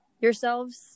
yourselves